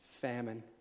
Famine